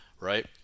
right